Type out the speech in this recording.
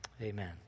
amen